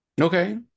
Okay